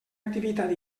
activitat